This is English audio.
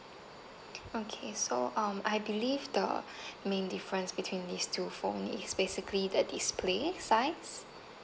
okay so um I believe the main difference between these two phone is basically the display size